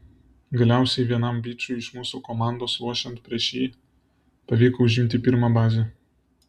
galiausiai vienam bičui iš mūsų komandos lošiant prieš jį pavyko užimti pirmą bazę